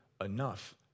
enough